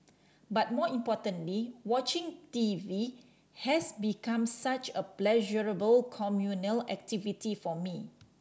but more importantly watching T V has become such a pleasurable communal activity for me